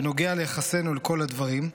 בנוגע ליחסינו אל כל הדברים,